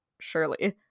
surely